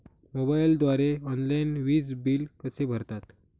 मोबाईलद्वारे ऑनलाईन वीज बिल कसे भरतात?